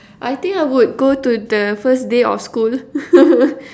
I think I would go to the first day of school